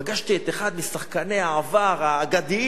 פגשתי את אחד משחקני העבר האגדיים,